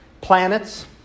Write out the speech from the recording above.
planets